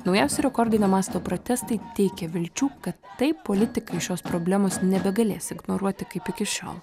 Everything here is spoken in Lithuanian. naujausi rekordinio masto protestai teikia vilčių kad taip politikai šios problemos nebegalės ignoruoti kaip iki šiol